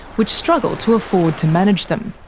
which struggle to afford to manage them.